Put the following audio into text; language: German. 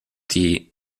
die